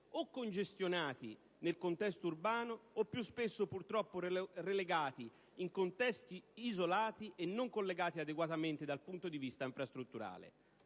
o congestionate nel contesto urbano o più spesso purtroppo relegate in contesti isolati e non collegati adeguatamente dal punto di vista infrastrutturale.